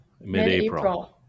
Mid-April